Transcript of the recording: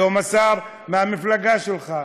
היום השר מהמפלגה שלך,